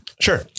Sure